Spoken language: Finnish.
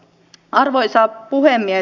arvoisa puhemies